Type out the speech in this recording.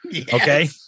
Okay